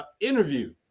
interview